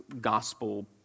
gospel